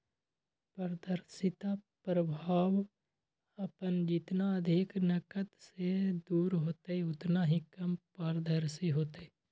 पारदर्शिता प्रभाव अपन जितना अधिक नकद से दूर होतय उतना ही कम पारदर्शी होतय